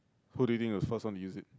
who do you think was the first one to use it